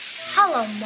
Hello